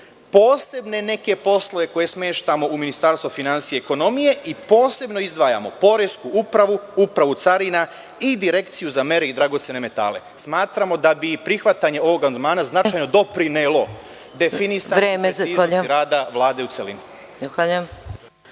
posebne neke poslove koje smeštamo u ministarstvo finansija i ekonomije. Posebno izdvajamo Poresku upravu, Upravu carina i Direkciju za mere i dragocene metale. Smatramo da bi prihvatanje ovog amandmana značajno doprinelo definisanju efektivnosti rada Vlade u celini.